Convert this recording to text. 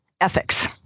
ethics